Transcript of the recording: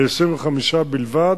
ל-25 בלבד.